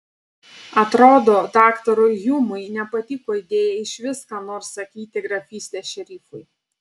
atrodo daktarui hjumui nepatiko idėja išvis ką nors sakyti grafystės šerifui